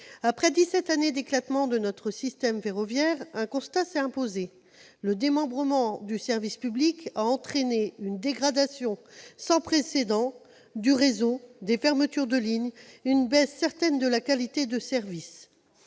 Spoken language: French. dix-sept années d'éclatement de notre système ferroviaire, un constat s'est imposé : le démembrement du service public a entraîné une dégradation sans précédent du réseau, des fermetures de ligne et une baisse certaine de la qualité de service.